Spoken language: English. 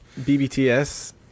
BBTS